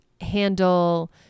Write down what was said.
handle